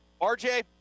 RJ